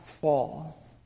fall